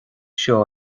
seo